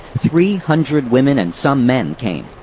three hundred women and some men came.